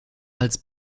als